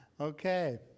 Okay